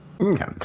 Okay